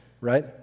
right